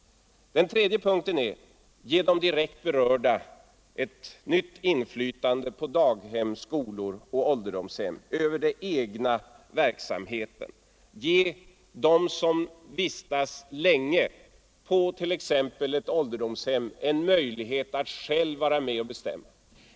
Den tredje punkten är: Ge de direkt berörda på daghem, skolor och ålderdomshem ett nytt inflytande över den egna verksamheten! Ge dem som vistas länge på t.ex. ett ålderdomshem en möjlighet att själva vara med och bestämma!